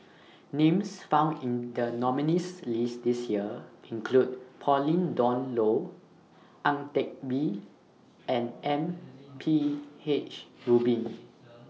Names found in The nominees' list This Year include Pauline Dawn Loh Ang Teck Bee and M P H Rubin